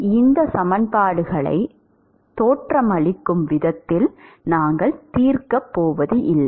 இந்த சமன்பாடுகளை அவர்கள் தோற்றமளிக்கும் விதத்தில் நாங்கள் தீர்க்கப் போவதில்லை